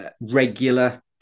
regular